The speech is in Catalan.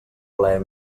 plaer